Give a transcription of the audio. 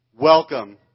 Welcome